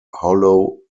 hollow